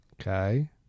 Okay